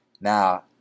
Now